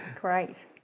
Great